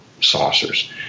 saucers